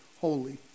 holy